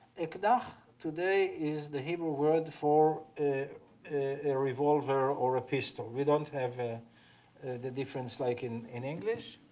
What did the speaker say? ekdach today is the hebrew word for a revolver or a pistol we don't have ah the difference like in in english,